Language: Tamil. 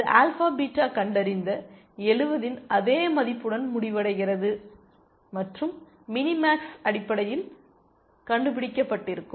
இது ஆல்பா பீட்டா கண்டறிந்த 70 இன் அதே மதிப்புடன் முடிவடைகிறது மற்றும் மினி மேக்ஸ் அடிப்படையில் கண்டுபிடிக்கப்பட்டிருக்கும்